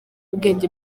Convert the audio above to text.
ubwenge